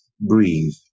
breathe